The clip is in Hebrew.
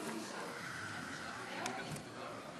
התשע"ו 2016,